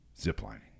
ziplining